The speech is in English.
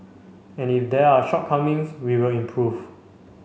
and if there are shortcomings we will improve